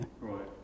Right